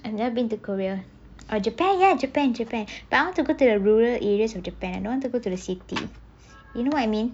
I've never been to korea or japan ya japan japan but I want to go to the rural areas of japan and I don't want to go to the city you know what I mean